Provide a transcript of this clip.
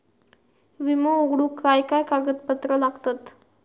विमो उघडूक काय काय कागदपत्र लागतत?